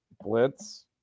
blitz